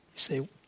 say